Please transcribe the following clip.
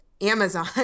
Amazon